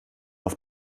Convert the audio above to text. auf